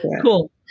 Cool